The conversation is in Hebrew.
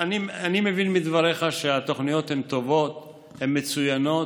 אני מבין מדבריך שהתוכניות הן טובות והן מצוינות,